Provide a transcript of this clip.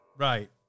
Right